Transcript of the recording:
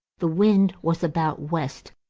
the wind was about west,